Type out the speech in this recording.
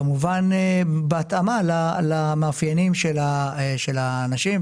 כמובן בהתאמה למאפיינים של האנשים,